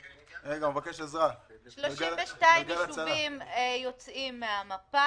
32 יישובים יוצאים מהמפה,